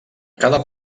cada